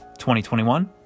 2021